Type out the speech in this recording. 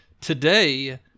today